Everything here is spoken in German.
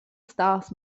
stars